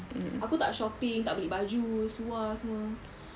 aku tak shopping tak beli baju seluar semua